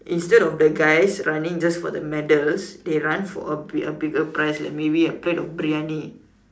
instead of the guys running just for the medals they run for a bigger prize like maybe a plate of Briyani